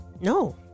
No